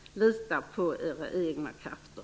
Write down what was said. Lita på era egna krafter!